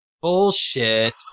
Bullshit